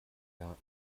jahr